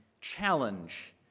challenge